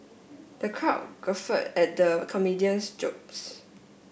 the crowd guffawed at the comedian's jokes